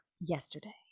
Yesterday